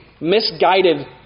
misguided